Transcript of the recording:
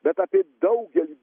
bet apie daugelį